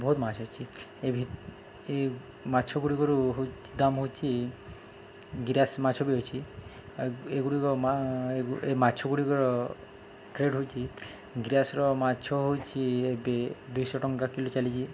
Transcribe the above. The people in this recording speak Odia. ବହୁତ ମାଛ ଅଛି ଏ ଭି ଏ ମାଛଗୁଡ଼ିକରୁ ହ ଦାମ୍ ହେଉଛି ଗିରାସ୍ ମାଛ ବି ଅଛି ଏଗୁଡ଼ିକ ଏ ମାଛଗୁଡ଼ିକର ରେଟ୍ ହେଉଛି ଗିରାସ୍ର ମାଛ ହେଉଛି ଏବେ ଦୁଇଶହ ଟଙ୍କା କିଲୋ ଚାଲିଛି